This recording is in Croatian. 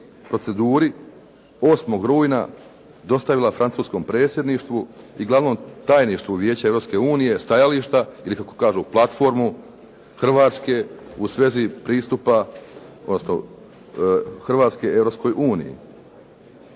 proceduri 8. rujna dostavila francuskom predsjedniku i glavno tajništvu Vijeća Europske unije stajališta ili kako kažu platformu Hrvatske u svezi pristupa, odnosno